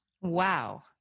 Wow